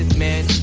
man.